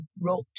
wrote